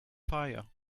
fire